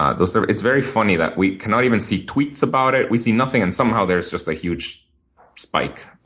ah and sort of it's very funny that we cannot even see tweets about it. we see nothing, and somehow there's just a huge spike.